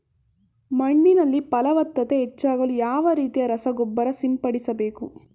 ಮಣ್ಣಿನಲ್ಲಿ ಫಲವತ್ತತೆ ಹೆಚ್ಚಾಗಲು ಯಾವ ರೀತಿಯ ರಸಗೊಬ್ಬರ ಸಿಂಪಡಿಸಬೇಕು?